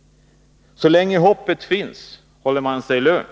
— så länge hoppet finns håller man sig lugn.